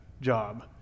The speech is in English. job